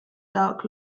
dark